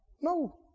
No